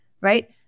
right